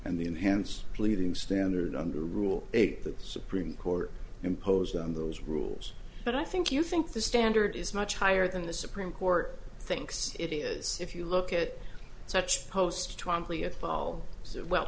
and the enhanced pleading standard under rule eight the supreme court imposed on those rules but i think you think the standard is much higher than the supreme court thinks it is if you look at such post